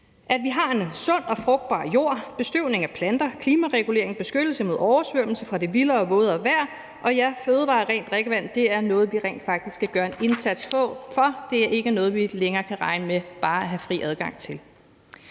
At vi har en sund og frugtbar jord, bestøvning af planter, klimaregulering, beskyttelse mod oversvømmelse fra det vildere og vådere og vejr og fødevarer og rent drikkevand er noget, vi rent faktisk skal gøre en indsats for – det er ikke noget, vi længere kan regne med bare at have fri adgang til.